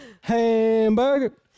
Hamburger